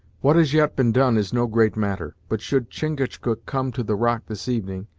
what has yet been done is no great matter, but should chingachgook come to the rock this evening,